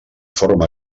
forma